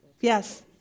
yes